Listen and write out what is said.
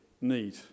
need